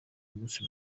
umunsi